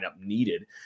needed